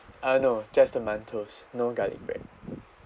uh no just the mantous no garlic bread